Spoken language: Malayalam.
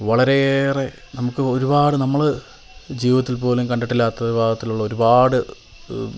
വളരെയേറെ നമുക്ക് ഒരുപാട് നമ്മള് ജീവിതത്തിൽ പോലും കണ്ടിട്ടില്ലാത്ത വിഭാഗത്തിലുള്ള ഒരുപാട്